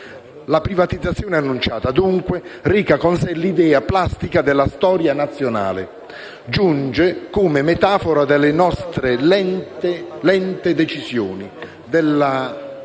La privatizzazione annunciata, dunque, reca con sé l'idea plastica della storia nazionale; giunge come metafora delle nostre lente decisioni, delle